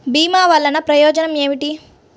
భీమ వల్లన ప్రయోజనం ఏమిటి?